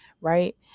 right